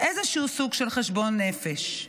איזשהו סוג של חשבון נפש?